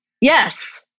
yes